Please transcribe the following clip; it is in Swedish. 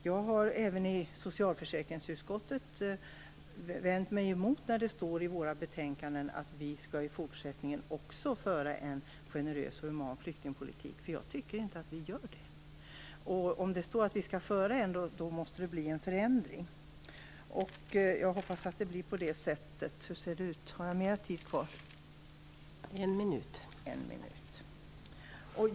Jag har även i socialförsäkringsutskottet vänt mig emot att det i våra betänkanden står att vi i fortsättningen också skall föra en generös och human flyktingpolitik, för jag tycker inte att vi gör det. Om det står att vi skall föra en, då måste det bli en förändring. Jag hoppas att det blir på det sättet.